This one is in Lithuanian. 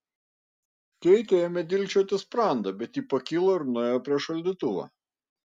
keitei ėmė dilgčioti sprandą bet ji pakilo ir nuėjo prie šaldytuvo